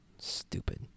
Stupid